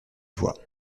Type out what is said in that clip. voix